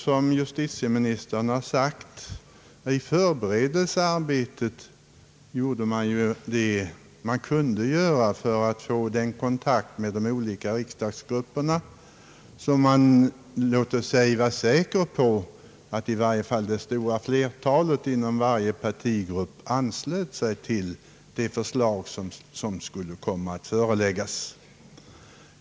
Som justitieministern har sagt gjorde man under förberedelsearbetet vad man kunde göra för att få en sådan kontakt med de olika partigrupperna att man var säker på att i varje fall det stora flertalet inom varje partigrupp anslöt sig till det förslag som skulle komma att framläggas.